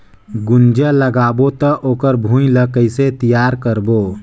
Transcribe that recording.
गुनजा लगाबो ता ओकर भुईं ला कइसे तियार करबो?